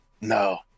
No